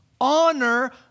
honor